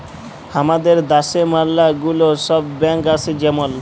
হামাদের দ্যাশে ম্যালা গুলা সব ব্যাঙ্ক আসে যেমল